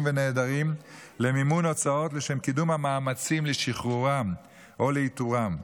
ונעדרים למימון הוצאות לשם קידום המאמצים לשחרורם או לאיתורם.